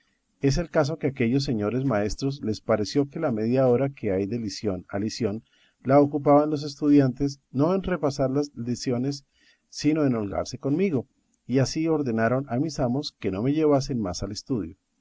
es el caso que aquellos señores maestros les pareció que la media hora que hay de lición a lición la ocupaban los estudiantes no en repasar las liciones sino en holgarse conmigo y así ordenaron a mis amos que no me llevasen más al estudio